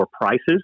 prices